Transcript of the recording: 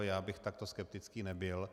Já bych takto skeptický nebyl.